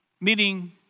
meeting